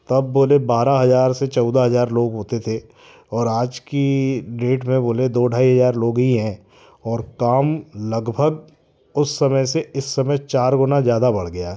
तब बोले बारह हजार से चौदह हजार लोग होते थे और आज की डेट में बोले दो ढाई हजार लोग ही है और काम लगभग उस समय से इस समय चार गुणा ज़्यादा बढ़ गया